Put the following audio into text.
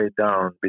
down